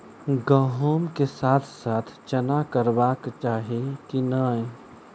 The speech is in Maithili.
गहुम केँ साथ साथ चना करबाक चाहि की नै?